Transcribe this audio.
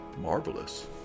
Marvelous